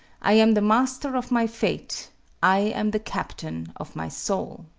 i am the master of my fate i am the captain of my soul.